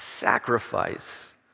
Sacrifice